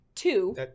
two